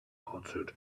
answered